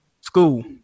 School